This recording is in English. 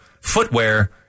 footwear